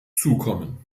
zukommen